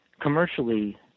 commercially